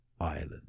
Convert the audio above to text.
Island